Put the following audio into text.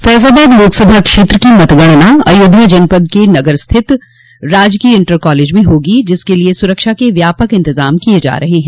फैजाबाद लोकसभा क्षेत्र की मतगणना अयोध्या जनपद के नगर स्थित राजकीय इंटर कालेज में होगी जिसके लिए सुरक्षा के व्यापक इंतजाम किये जा रहे हैं